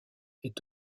est